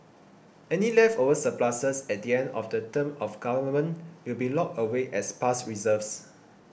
any leftover surpluses at the end of the term of government will be locked away as past reserves